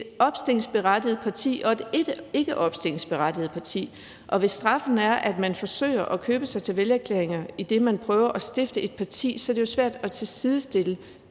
et opstillingsberettiget parti og et ikkeopstillingsberettiget parti, og hvis straffen gives for, at man forsøger at købe sig til vælgererklæringer, idet man prøver at stifte et parti, så er det jo svært at sidestille